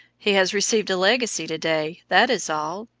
he has received a legacy to-day, that is all,